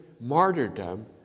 martyrdom